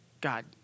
God